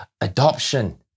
Adoption